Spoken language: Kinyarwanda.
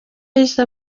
yahise